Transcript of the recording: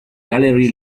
gallery